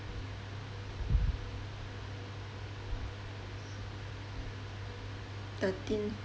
thirteen